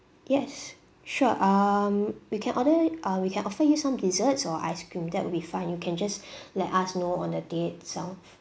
yes sure um we can order uh we can offer you some desserts or ice cream that would be fine you can just let us know on the day itself